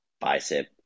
Bicep